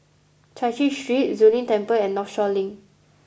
Chai Chee Street Zu Lin Temple and Northshore Link